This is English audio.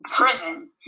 Prison